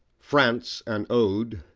france, an ode,